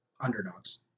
Underdogs